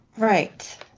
Right